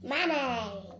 Money